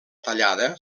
tallada